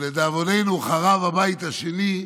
כשלדאבוננו חרב הבית השני,